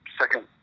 second